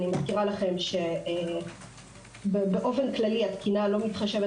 אני מזכירה שבאופן כללי התקינה לא מתחשבת